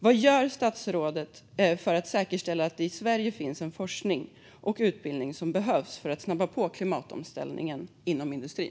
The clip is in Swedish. Vad gör statsrådet för att säkerställa att det i Sverige finns den forskning och utbildning som behövs för att snabba på klimatomställningen inom industrin?